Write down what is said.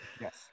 Yes